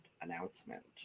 announcement